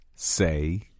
Say